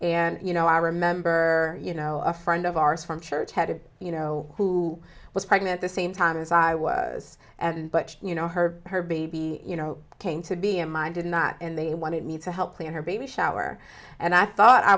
and you know i remember you know a friend of ours from church headed you know who was pregnant the same time as i was and but you know her her baby you know came to be him i did not and they wanted me to help clean her baby shower and i thought i